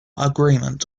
agreement